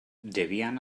debian